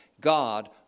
God